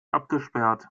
abgesperrt